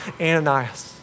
Ananias